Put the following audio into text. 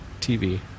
TV